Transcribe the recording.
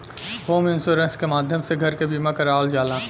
home insurance के माध्यम से घर के बीमा करावल जाला